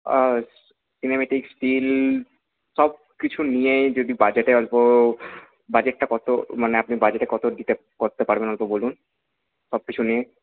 cinematic still সব কিছু নিয়েই যদি বাজেটে অল্প বাজেটটা কতো মানে আপনি বাজেটে কত দিতে করতে পারবেন একটু বলুন সব কিছু নিয়ে